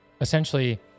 essentially